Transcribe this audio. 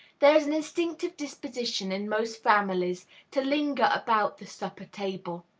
there is an instinctive disposition in most families to linger about the supper-table,